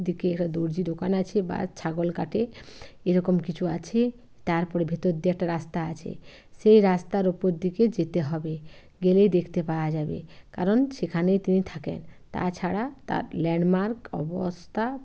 দিকে একটা দর্জি দোকান আছে বা ছাগল কাটে এরকম কিছু আছে তারপরে ভিতর দিয়ে একটা রাস্তা আছে সেই রাস্তার উপর দিকে যেতে হবে গেলেই দেখতে পাওয়া যাবে কারণ সেখানে তিনি থাকেন তাছাড়া তার ল্যান্ডমার্ক অবস্থা